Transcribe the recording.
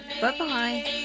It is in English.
Bye-bye